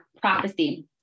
prophecy